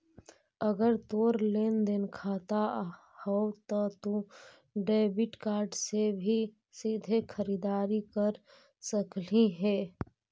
अगर तोर लेन देन खाता हउ त तू डेबिट कार्ड से भी सीधे खरीददारी कर सकलहिं हे